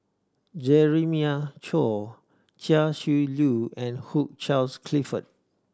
Jeremiah Choy Chia Shi Lu and Hugh Charles Clifford